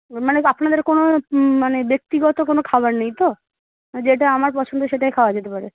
ও মানে আপনাদের কোনো মানে ব্যক্তিগত কোনো খাবার নেই তো যেটা আমার পছন্দ সেটাই খাওয়া যেতে পারে